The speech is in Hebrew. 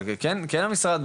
אבל כן המשרד,